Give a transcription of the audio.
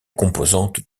composante